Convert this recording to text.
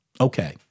Okay